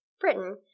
Britain